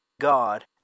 God